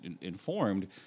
informed